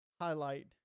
highlight